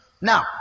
Now